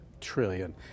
trillion